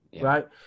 right